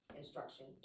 instruction